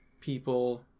people